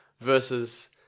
versus